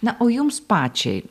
na o jums pačiai